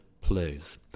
plays